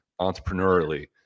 entrepreneurially